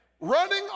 Running